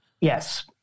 Yes